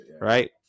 right